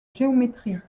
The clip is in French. géométrie